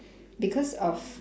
because of